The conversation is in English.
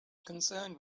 concerned